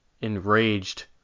enraged